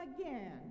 again